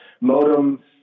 modem